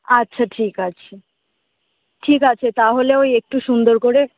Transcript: আচ্ছা ঠিক আছে ঠিক আছে তাহলে ওই একটু সুন্দর করে